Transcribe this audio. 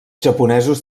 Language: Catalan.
japonesos